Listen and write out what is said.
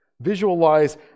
Visualize